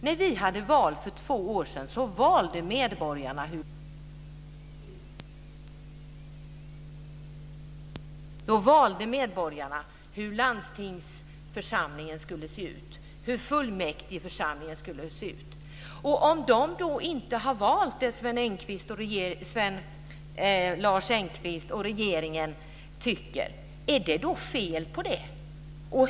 När vi hade val för två år sedan valde medborgarna hur landstingsförsamlingen skulle se ut och hur fullmäktigeförsamlingen skulle se ut. Om de inte har valt det som Lars Engqvist och regeringen tycker, är det då fel på det?